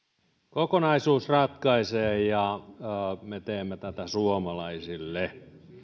kokonaisuus ratkaisee ja me teemme tätä suomalaisille